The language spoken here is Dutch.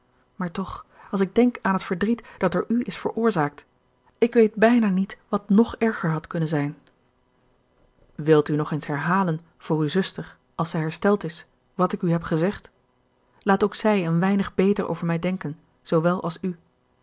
maar toch als ik denk aan het verdriet dat door u is veroorzaakt ik weet bijna niet wat ng erger had kunnen zijn wilt u nog eens herhalen voor uwe zuster als zij hersteld is wat ik u heb gezegd laat ook zij een weinig beter over mij denken zoowel als u